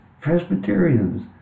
Presbyterians